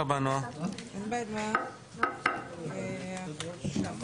הישיבה ננעלה בשעה